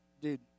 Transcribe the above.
dude